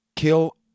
kill